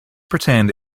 pretend